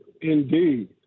Indeed